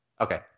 Okay